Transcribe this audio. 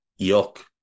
Yuck